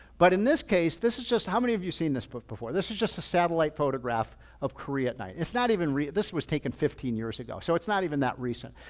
but in this case, this is just how many of you seen this book before? this is just a satellite photograph of korea at night. it's not even real. this was taken fifteen years ago, so it's not even that recent.